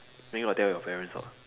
then got tell your parents or not